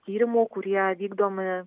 tyrimų kurie vykdomi